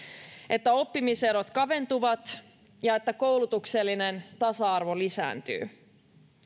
että oppimiserot kaventuvat ja että koulutuksellinen tasa arvo lisääntyy